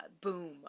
boom